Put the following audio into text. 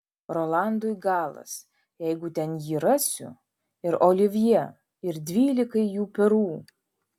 rolandui galas jeigu ten jį rasiu ir olivjė ir dvylikai jų perų